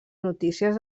notícies